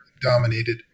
dominated